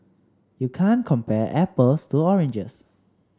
you can't compare apples to oranges